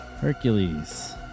Hercules